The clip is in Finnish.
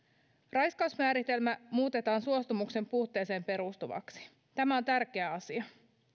raiskausmääritelmä muutetaan suostumuksen puutteeseen perustuvaksi tämä on tärkeä asia työn